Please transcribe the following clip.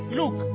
look